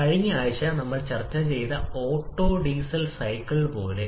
കഴിഞ്ഞ ആഴ്ച നമ്മൾ ചർച്ച ചെയ്ത ഓട്ടോ ഡിസൈൻ സൈക്കിൾ പോലെ